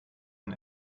ein